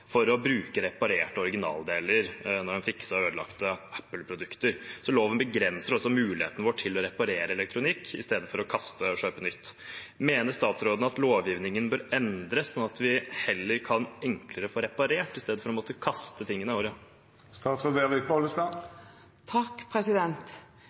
ødelagte Apple-produkter. Så loven begrenser også muligheten vår til å reparere elektronikk i stedet for å kaste og kjøpe nytt. Mener statsråden at lovgivningen bør endres, slik at vi enklere kan få reparert i stedet for å måtte kaste tingene våre?